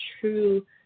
true